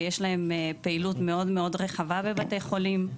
ויש להן פעילות מאוד מאוד רווחה בבתי חולים.